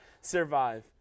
survive